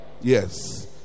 Yes